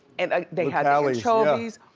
and they had ah anchovies.